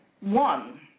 one